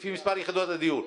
לפי מספר יחידות הדיור.